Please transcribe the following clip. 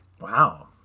wow